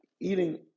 eating